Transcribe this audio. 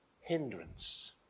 hindrance